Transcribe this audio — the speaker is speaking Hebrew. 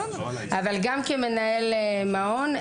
כמנהל מעון,